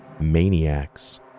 maniacs